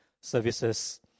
Services